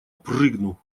прыгну